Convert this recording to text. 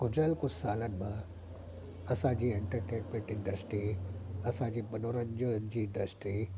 गुज़िरियल कुझु सालनि मां असांजी एंटरटेनमेंट इंडस्ट्री असां जी मनोरंजन जी इंडस्ट्री